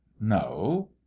no